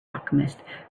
alchemist